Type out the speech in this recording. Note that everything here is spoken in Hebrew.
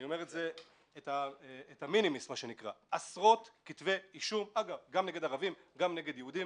אני אומר את המינימיס עשרות כתבי אישום גם נגד ערבים וגם נגד יהודים